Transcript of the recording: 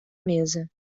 mesa